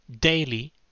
daily